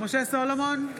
משה סולומון,